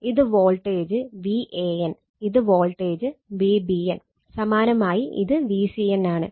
ഇത് voltage Van ഇത് voltage Vbn സമാനമായി ഇത് Vcn ആണ്